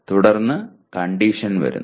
തുടർന്ന് 'കണ്ടീഷൻ ' വരുന്നു